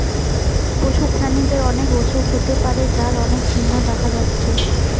পশু প্রাণীদের অনেক অসুখ হতে পারে যার অনেক চিহ্ন দেখা যাচ্ছে